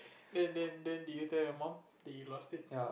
then then then did you tell your mom that you lost it